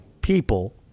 people